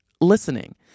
listening